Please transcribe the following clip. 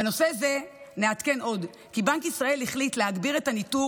בנושא זה נעדכן עוד כי בנק ישראל החליט להגביר את הניטור